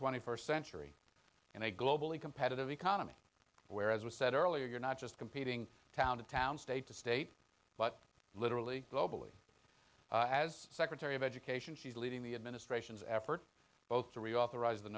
twenty first century and a globally competitive economy where as we said earlier you're not just competing town to town state to state but literally globally as secretary of education she's leading the administration's effort both to reauthorize the